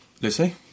Lucy